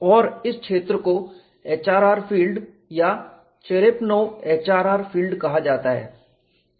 और इस क्षेत्र को HRR फील्ड या चेरेपनोव HRR फील्ड कहा जाता है